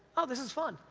oh, this is fun.